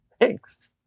Thanks